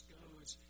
goes